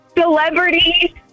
Celebrity